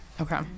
Okay